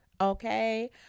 okay